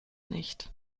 nicht